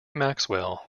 maxwell